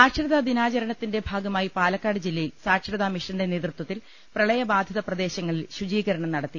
സാക്ഷരതാ ദിനാചരണത്തിന്റെ ഭാഗമായി പാലക്കാട് ജില്ലയിൽ സാക്ഷരതാ മിഷന്റെ നേതൃത്വത്തിൽ പ്രളയബാധിത പ്രദേശങ്ങളിൽ ശുചീകരണം നടത്തി